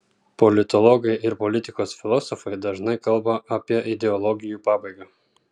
politologai ir politikos filosofai dažnai kalba apie ideologijų pabaigą